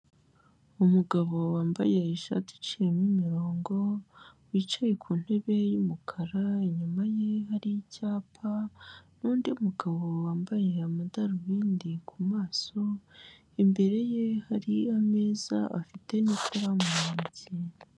Umugabo wambaye ishati iciyemo imirongo, wicaye ku ntebe yumukara inyuma ye hari icyapa n'undi mugabo wambaye amadarubindi ku maso, imbere ye hari ameza afite nikaramu mu ntoki.